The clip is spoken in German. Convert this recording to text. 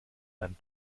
ein